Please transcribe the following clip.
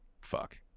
Fuck